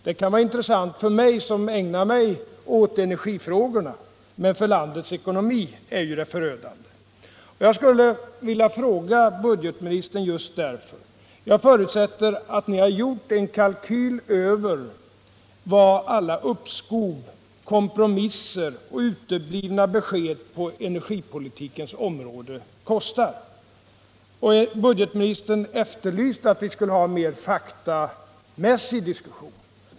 Det kan vara intressant för mig som ägnar mig åt energifrågorna, men för landets ekonomi är det förödande. Jag förutsätter att ni har gjort en kalkyl över vad alla uppskov, kompromisser och uteblivna besked på energipolitikens område har kostat. Budgetministern efterlyste en mer faktamässig diskussion.